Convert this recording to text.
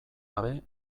gabe